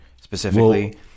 specifically